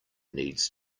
needs